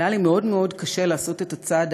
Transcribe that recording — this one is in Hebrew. והיה לי מאוד מאוד קשה לעשות את הצעד